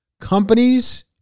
companies